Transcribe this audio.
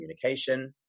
communication